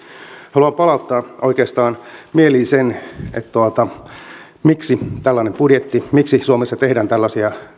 haluan palauttaa oikeastaan mieliin sen miksi on tällainen budjetti miksi suomessa tehdään tällaisia